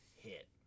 hit